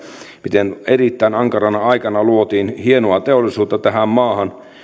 miten erittäin ankarana aikana luotiin hienoa teollisuutta tähän maahan